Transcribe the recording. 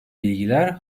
bilgiler